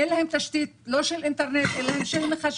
אין להם תשתית, לא של אינטרנט, לא של מחשבים.